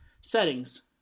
settings